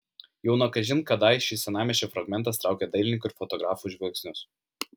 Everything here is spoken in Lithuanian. jau nuo kažin kadai šis senamiesčio fragmentas traukė dailininkų ir fotografų žvilgsnius